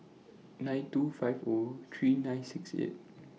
nine two five O three nine six eight